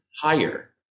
higher